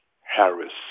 Harris